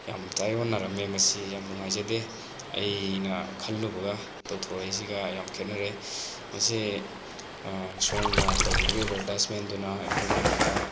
ꯌꯥꯝ ꯇꯥꯏꯌꯣꯟꯅꯔꯝꯃꯦ ꯃꯁꯤ ꯌꯥꯝ ꯅꯨꯡꯉꯥꯏꯖꯗꯦ ꯑꯩꯅ ꯈꯜꯂꯨꯕꯒ ꯇꯧꯊꯣꯔꯛꯏꯁꯤꯒ ꯌꯥꯝ ꯈꯦꯠꯅꯔꯦ ꯃꯁꯤ ꯁꯣꯝꯅ ꯇꯧꯕꯤꯕ ꯑꯦꯗꯕꯔꯇꯥꯏꯖꯃꯦꯟꯗꯨꯅ ꯑꯩꯈꯣꯏ ꯃꯌꯥꯝꯗ